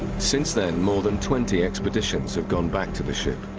since then more than twenty expeditions have gone back to the ship.